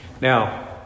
Now